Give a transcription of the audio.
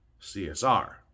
CSR